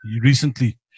recently